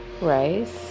rice